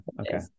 Okay